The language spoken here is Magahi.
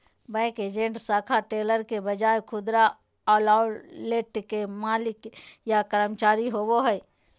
बैंक एजेंट शाखा टेलर के बजाय खुदरा आउटलेट के मालिक या कर्मचारी होवो हइ